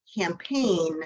campaign